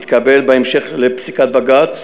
התקבל בהמשך לפסיקת בג"ץ